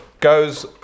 goes